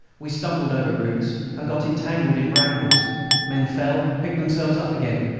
we stumbled over roots, and got entangled in brambles men fell, picked themselves up again,